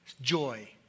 joy